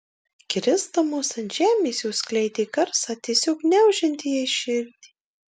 krisdamos ant žemės jos skleidė garsą tiesiog gniaužiantį jai širdį